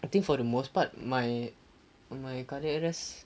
I think for the most part my my cardiac arrest